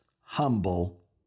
humble